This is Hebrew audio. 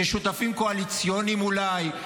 כשותפים קואליציוניים אולי.